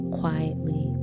quietly